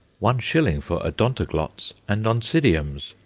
one shilling for odontoglots and oncidiums.